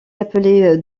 appelé